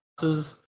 houses